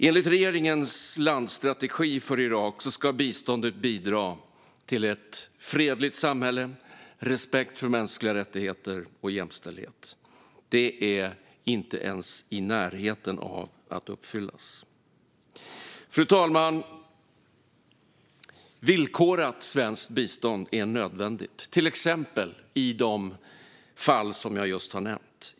Enligt regeringens landsstrategi för Irak ska biståndet bidra till ett fredligt samhälle, respekt för mänskliga rättigheter och jämställdhet. Detta är inte ens i närheten av att uppfyllas. Fru talman! Villkorat svenskt bistånd är nödvändigt, till exempel i de fall jag just har nämnt.